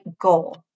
goal